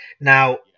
Now